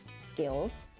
skills